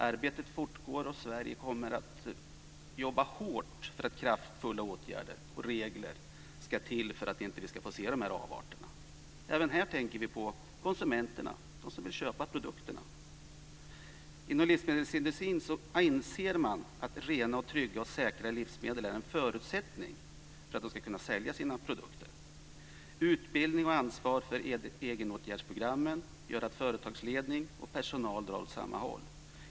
Arbetet fortgår, och Sverige kommer att jobba hårt för kraftfulla åtgärder och regler för att vi inte ska få se dessa avarter. Även här tänker vi på konsumenterna som ska köpa produkterna. Inom livsmedelsindustrin inser man att rena, trygga och säkra livsmedel är en förutsättning för att man ska kunna sälja sina produkter. Utbildning och ansvar för egenåtgärdsprogrammen gör att företagsledning och personal drar åt samma håll.